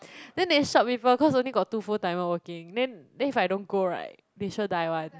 then they short people cause only got two full-timer working then then if I don't go right they sure die [one]